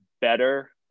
better